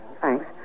Thanks